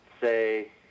say